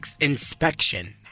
inspection